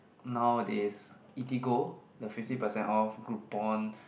nowadays Eatigo the fifty percent off Groupon